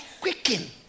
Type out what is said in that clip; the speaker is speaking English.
quicken